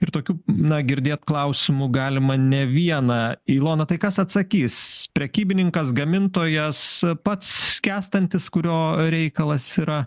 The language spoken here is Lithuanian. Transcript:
ir tokių na girdėt klausimų galima ne vieną ilona tai kas atsakys prekybininkas gamintojas pats skęstantis kurio reikalas yra